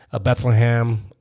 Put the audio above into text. Bethlehem